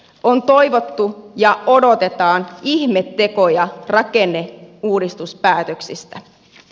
on toivottu ja odotetaan ihmetekoja rakenneuudistuspäätöksistä